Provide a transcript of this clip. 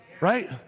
Right